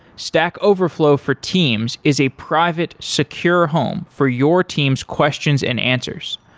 stack overflow for teams is a private secure home for your teams' questions and answers.